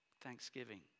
Thanksgiving